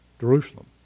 Jerusalem